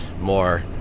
more